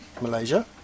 Malaysia